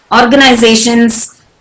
organizations